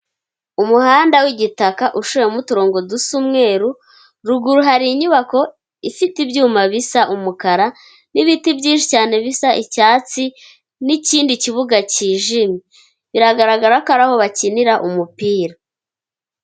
Umuhanda w'igitaka ushoye mo uturongo dusa umweru, ruguru hari inyubako ifite ibyuma bisa umukara, n'ibiti byinshi cyane bisa icyatsi, n'ikindi kibuga cyijimye. Biragaragara ko ari aho bakinira umupira.